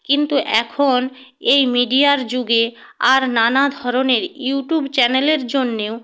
কিন্তু এখন এই মিডিয়ার যুগে আর নানা ধরনের ইউট্যুব চ্যানেলের জন্যেও